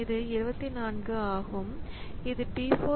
இது 24 ஆகும் அது P 4